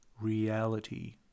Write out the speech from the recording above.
reality